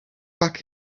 back